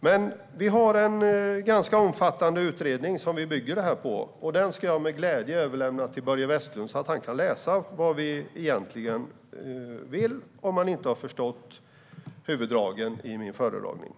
Men vi har en ganska omfattande utredning som vi bygger detta på, och den ska jag med glädje överlämna till Börje Vestlund så att han kan läsa vad vi egentligen vill, om han inte förstod huvuddragen i mitt anförande.